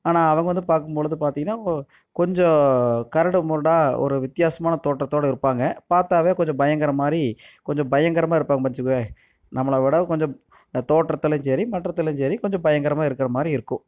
ஆனால் அவங்க வந்து பார்க்கும்பொழுது பார்த்தீங்கன்னா ஒ கொஞ்சம் கரடு முரடாக ஒரு வித்தியாசமான தோற்றத்தோடு இருப்பாங்க பார்த்தாவே கொஞ்சம் பயங்கர மாதிரி கொஞ்சம் பயங்கரமாக இருப்பாங்கன்னு வச்சுக்கோயேன் நம்மளை விட கொஞ்சம் அந்த தோற்றத்துலேயும் சரி மாற்றத்துலேயும் சரி கொஞ்சம் பயங்கரமாக இருக்கிற மாதிரி இருக்கும்